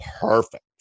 perfect